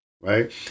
Right